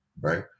Right